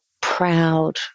proud